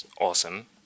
awesome